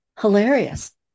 Hilarious